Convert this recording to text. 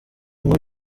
nkuru